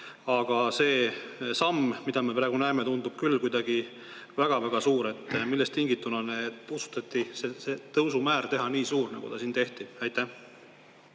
Aga see samm, mida me praegu näeme, tundub küll kuidagi väga-väga suur. Millest tingituna otsustati see tõusumäär teha nii suur, nagu ta siin tehti? Aitäh,